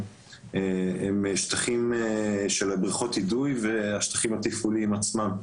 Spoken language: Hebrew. הם שטחים של בריכות האידוי והשטחים התפעוליים עצמם.